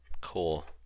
Cool